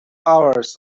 hours